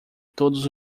todos